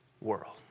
world